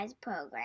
program